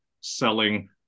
selling